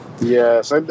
Yes